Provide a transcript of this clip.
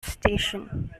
station